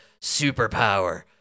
superpower